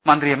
മന്ത്രി എം